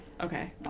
Okay